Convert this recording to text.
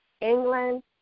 England